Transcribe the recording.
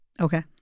Okay